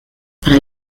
para